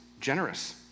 generous